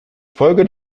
folge